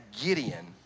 Gideon